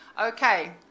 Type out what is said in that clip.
okay